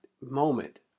moment